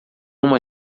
uma